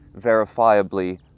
verifiably